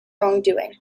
wrongdoing